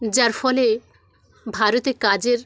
যার ফলে ভারতে কাজের